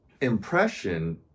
impression